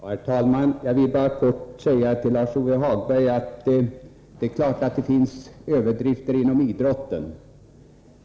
Herr talman! Jag vill bara kort säga till Lars-Ove Hagberg att det är klart att det förekommer överdrifter inom idrotten.